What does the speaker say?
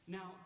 Now